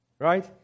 Right